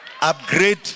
upgrade